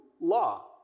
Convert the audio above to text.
law